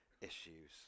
issues